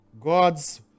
God's